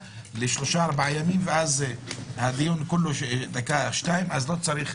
לשלושה-ארבעה ימים ואז הדיון דקה-שתיים אז לא צריך,